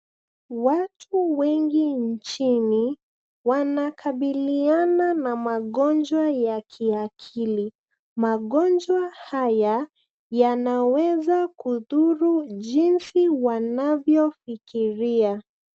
Watu wengi nchini wanakabiliana na magonjwa ya kiakili. Magonjwa haya yanaweza kudhuru jinsi wanavyofirikia.